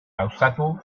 gauzatu